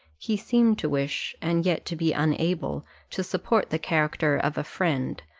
he seemed to wish, and yet to be unable, to support the character of a friend,